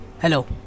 Hello